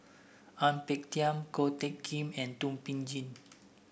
Ang Peng Tiam Ko Teck Kin and Thum Ping Tjin